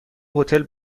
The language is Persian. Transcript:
هتل